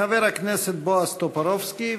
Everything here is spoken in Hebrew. חבר הכנסת בועז טופורובסקי,